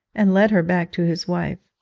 and led her back to his wife.